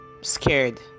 scared